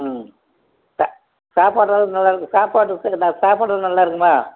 ம் சா சாப்பாடுலாம் நல்லாயிருக்கும் சாப்பாடு இருக்கும்ங்களா சாப்பாடு நல்லாயிருக்குமா